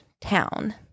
town